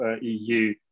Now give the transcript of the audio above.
EU